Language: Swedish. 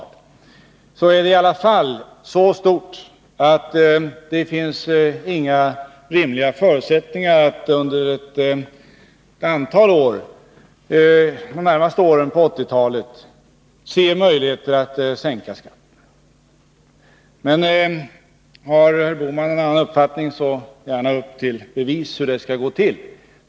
När det gäller obalansen i vår budget är den under alla förhållanden så stor att det inte finns några rimliga förutsättningar att under de närmaste åren på 1980-talet sänka skatten. Men om herr Bohman har en annan uppfattning, stå då gärna upp till bevis för hur det skall gå till!